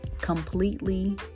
completely